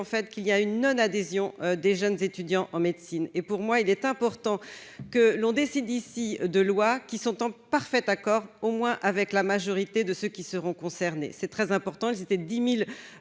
qu'il y a une non-adhésion des jeunes étudiants en médecine et pour moi il est important que l'on décide d'ici 2 lois qui sont en parfaites accord au moins avec la majorité de ceux qui seront concernés, c'est très important,